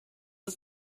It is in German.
ist